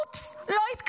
אופס, לא התכוונתי.